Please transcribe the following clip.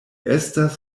estas